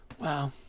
Wow